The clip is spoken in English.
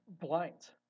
blinds